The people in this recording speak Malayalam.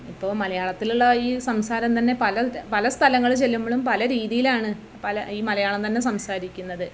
ഇപ്പോൾ മലയാളത്തിലുള്ള ഈ സംസാരം തന്നെ പല പല സ്ഥലങ്ങള് ചെല്ലുമ്പളും പല രീതിയിലാണ് പല ഈ മലയാളം തന്നെ സംസാരിക്കുന്നത്